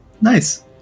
nice